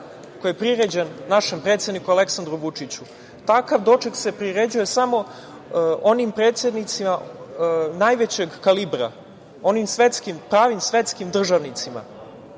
koji je priređen našem predsedniku Aleksandru Vučiću, takav doček se priređuje samo onim predsednicima najvećeg kalibra, onim svetskim, pravim svetskim državnicima,